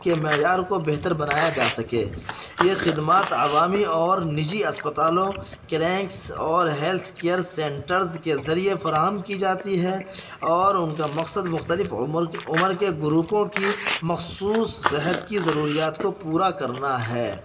کے معیار کو بہتر بنایا جا سکے یہ خدمات عوامی اور نجی اسپتالوں کیلینکس اور ہیلتھ کیئر سنٹرز کے ذریعے فراہم کی جاتی ہے اور ان کا مقصد مختلف عمر عمر کے گروپوں کی مخصوص صحت کی ضروریات کو پورا کرنا ہے